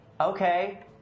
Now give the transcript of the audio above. Okay